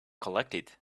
collected